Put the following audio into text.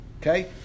Okay